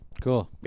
Cool